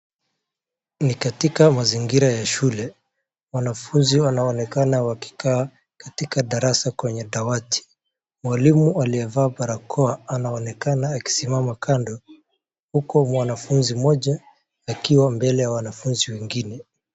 Ni katika mazingira ya shule , wanafunzi wanaonekana wakikaa katika darasa kwenye dawati. Mwalimu aliyevaa barakoa anaonekana akisimama kando, huku mwanafunzi mmoja akiwa mbele ya wanafunzi wengine.